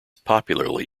popularly